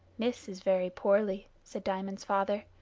miss is very poorly, said diamond's father.